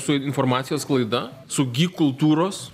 su informacijos sklaida su gy kultūros